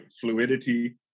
fluidity